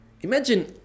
Imagine